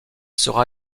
sera